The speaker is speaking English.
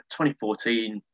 2014